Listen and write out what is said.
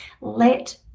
let